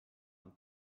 and